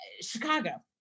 Chicago